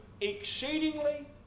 exceedingly